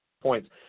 points